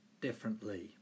Differently